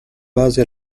base